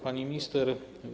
Pani Minister!